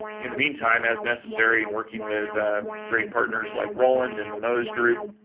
in the meantime as necessary and working with great partners like roland and the mows group,